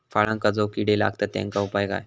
फळांका जो किडे लागतत तेनका उपाय काय?